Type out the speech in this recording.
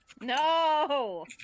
No